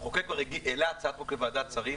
המחוקק כבר העלה הצעת חוק בוועדת שרים,